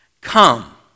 Come